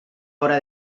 hora